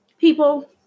people